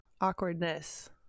Awkwardness